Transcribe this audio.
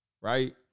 Right